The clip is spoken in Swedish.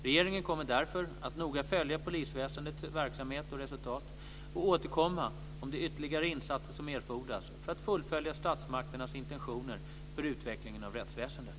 Regeringen kommer därför att noga följa polisväsendets verksamhet och resultat och återkomma om de ytterligare insatser som erfordras för att fullfölja statsmakternas intentioner för utvecklingen av rättsväsendet.